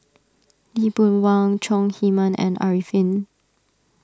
Lee Boon Wang Chong Heman and Arifin